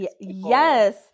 Yes